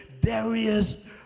Darius